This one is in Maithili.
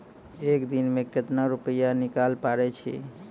एक दिन मे केतना रुपैया निकाले पारै छी?